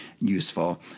useful